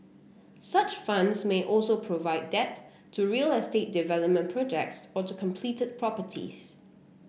such funds may also provide debt to real estate development projects or to completed properties